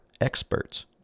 experts